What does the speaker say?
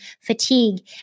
fatigue